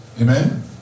Amen